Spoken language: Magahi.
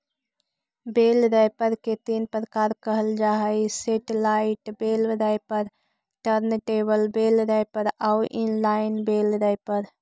बेल रैपर के तीन प्रकार कहल जा हई satellite bale wrapper, turntable bale wrapper आउ इन लाइन बेल रैपर